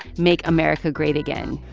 make america great again.